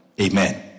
Amen